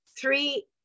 three